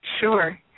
Sure